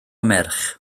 merch